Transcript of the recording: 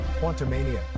quantumania